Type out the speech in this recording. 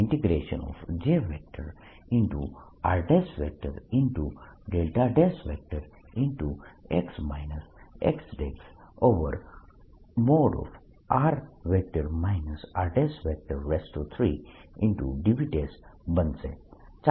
x x|r r|3dV બનશે